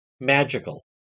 magical